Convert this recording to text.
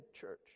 church